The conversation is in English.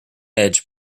edge